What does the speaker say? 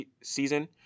season